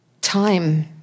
Time